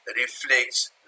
reflects